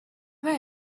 where